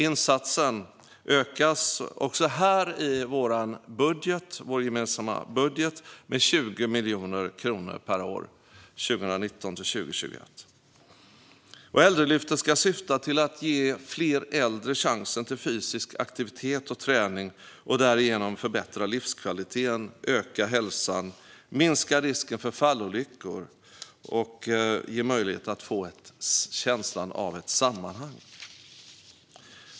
Insatsen ökas också här i vår gemensamma budget med 20 miljoner kronor per år 2019-2021. Äldrelyftet ska syfta till att ge fler äldre chansen till fysisk aktivitet och träning och därigenom förbättra livskvaliteten, stärka hälsan, minska risken för fallolyckor och ge möjlighet att få känslan av ett sammanhang.